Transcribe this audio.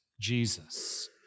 Jesus